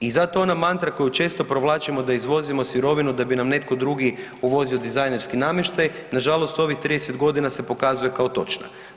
I zato ona mantra koju često provlačimo da izvozimo sirovinu da bi nam netko drugi uvozio dizajnerski namještaj nažalost u ovih 30 godina se pokazuje kao točna.